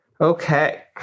Okay